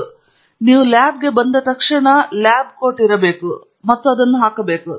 ಆದ್ದರಿಂದ ನೀವು ಲ್ಯಾಬ್ಗೆ ಬಂದ ಕ್ಷಣ ನೀವು ಲ್ಯಾಬ್ ಕೋಟ್ ಇರಬೇಕು ಮತ್ತು ನೀವು ಅದನ್ನು ಹಾಕಬೇಕು